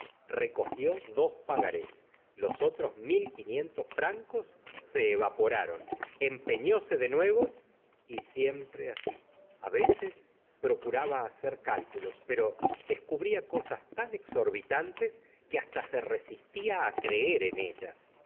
recogió dos pagarés los otros mil quinientos francos se evaporaron empeñóse de nuevo y siempre así a veces procuraba hacer cálculos pero descubría cosas tan exorbitantes que hasta se resistía á creer en ellas